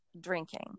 drinking